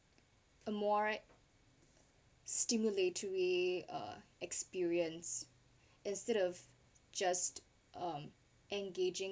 a more stimulate to a uh experience instead of just um engaging